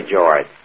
George